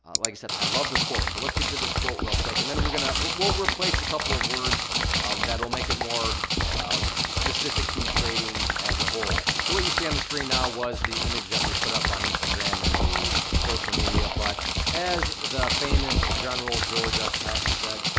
like i said, i love the quote. so let's get to this quote real quick and then we're gonna, we'll replace a couple of words that'll make it more specific to trading as a whole. so what you see on the screen now was the image that we put up on instagram and the social media, but as the famous general george s. patton said,